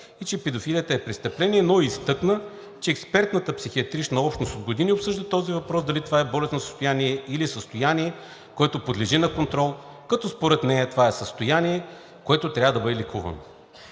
и че педофилията е престъпление, но и изтъкна, че експертната психиатрична общност от години обсъжда този въпрос дали това е болестно състояние, или състояние, което подлежи на контрол, като според нея това е състояние, което трябва да бъде лекувано.